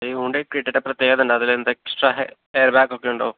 ഈ ഹുണ്ടായ് ക്രെറ്റൻ്റെ പ്രത്യേകത എന്താ അതിലെന്താ എക്സ്ട്രാ എയർ ബാഗ് ഒക്കെയുണ്ടോ